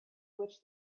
which